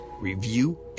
review